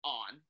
on